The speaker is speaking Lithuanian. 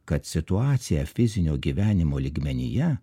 kad situacija fizinio gyvenimo lygmenyje